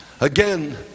Again